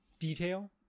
Detail